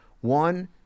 One